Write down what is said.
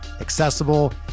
accessible